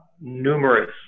numerous